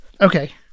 Okay